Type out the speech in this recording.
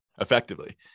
effectively